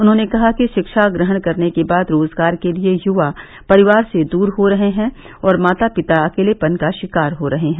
उन्होंने कहा कि शिक्षा ग्रहण करने के बाद रोजगार के लिये युवा परिवार से दूर हो रहे हैं और माता पिता अकेलेपन का शिकार हो रहे हैं